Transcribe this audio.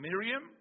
Miriam